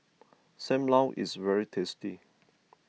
Sam Lau is very tasty